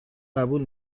قبول